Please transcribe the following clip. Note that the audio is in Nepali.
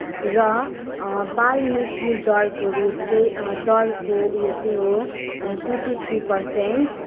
र बाल मृत्युदरको रेट चाहिँ दरको उयो चाहिँ हो टु टु थ्री पर्सेन्ट